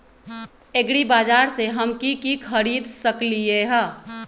एग्रीबाजार से हम की की खरीद सकलियै ह?